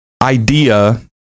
idea